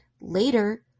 Later